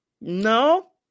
No